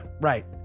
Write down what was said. Right